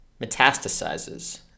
metastasizes